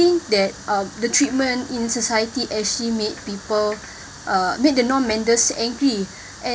think that uh the treatment in society actually made people uh made the non-benders angry and